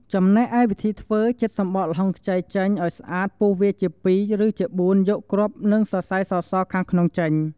ចំណែកឯវិធីធ្វើ ចិតសម្បក ល្ហុងខ្ចី ចេញឲ្យស្អាតពុះវាជាពីរ ឬជាបួនយកគ្រាប់ និងសរសៃសៗខាងក្នុងចេញ។